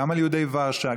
גם על יהודי ורשה,